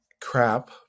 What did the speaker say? crap